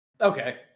Okay